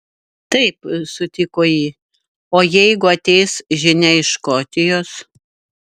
taip sutiko ji o jeigu ateis žinia iš škotijos